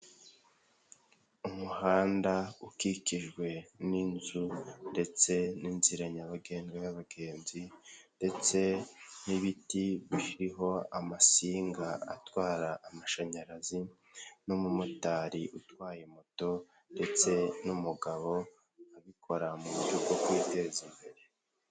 Umuhanda ukikijwe n'inzu ndetse n'inzira nyabagendwa y'abagenzi ndetse n'ibiti biriho amasinga atwara amashanyarazi n'umumotari utwaye moto kandi uyu mumotari abikota nk'akazi kaburi munsi mu buryo bwo kwiteza imbere.